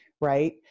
right